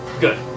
Good